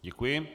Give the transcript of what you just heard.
Děkuji.